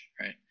right